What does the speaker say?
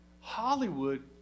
Hollywood